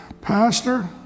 Pastor